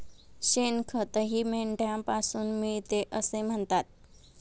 शेणखतही मेंढ्यांपासून मिळते असे म्हणतात